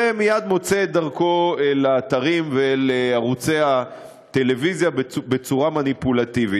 ומייד מוצא את דרכו לאתרים ולערוצי הטלוויזיה בצורה מניפולטיבית.